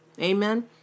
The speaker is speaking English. Amen